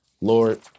Lord